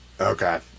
Okay